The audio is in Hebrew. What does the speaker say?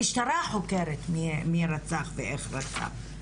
המשטרה חוקרת מי רצח ואיך רצח,